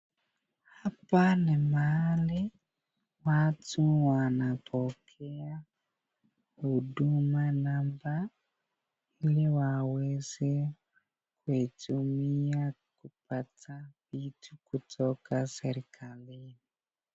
Hapa ni mahali, watu wanapokea huduma namba ili waweze kuitumia kupata vitu kutoka serikali.